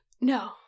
no